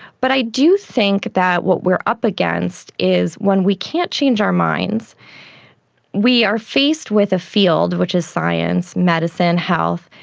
but i do think that what we are up against is when we can't change our minds we are faced with a field which is science, medicine, health,